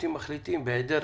השופטים מחליטים בהיעדר